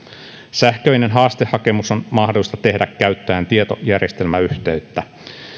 sähköinen haastehakemus on mahdollista tehdä käyttäen tietojärjestelmäyhteyttä